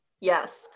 Yes